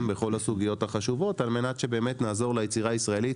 בכל הסוגיות החדשות כדי שנעזור ליצירה הישראלית